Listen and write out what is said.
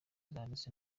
zanditse